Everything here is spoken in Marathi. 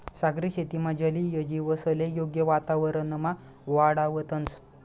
सागरी शेतीमा जलीय जीवसले योग्य वातावरणमा वाढावतंस